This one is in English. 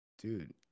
dude